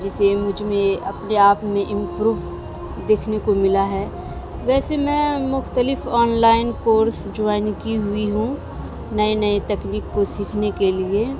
جسے مجھ میں اپنے آپ میں امپروو دیکھنے کو ملا ہے ویسے میں مختلف آن لائن کورس جوائن کی ہوئی ہوں نئے نئے تکنیک کو سیکھنے کے لیے